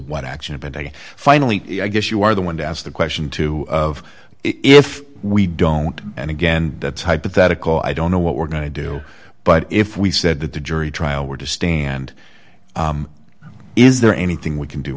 what action but they finally i guess you are the one to ask the question too of if we don't and again that type that a call i don't know what we're going to do but if we said that the jury trial were to stand is there anything we can do